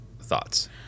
thoughts